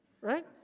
Right